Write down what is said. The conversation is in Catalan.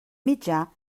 mitjà